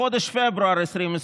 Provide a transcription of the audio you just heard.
בחודש פברואר 2021,